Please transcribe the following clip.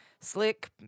Slick